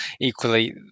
Equally